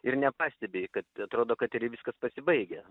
ir nepastebi kad atrodo kad viskas pasibaigę